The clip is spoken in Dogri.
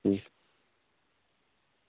ठीक